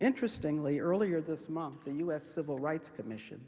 interestingly, earlier this month, the us civil rights commission